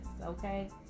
Okay